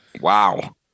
Wow